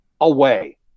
away